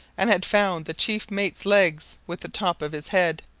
and had found the chief mates legs with the top of his head.